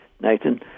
Nathan